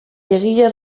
egile